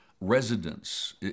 residents